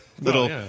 little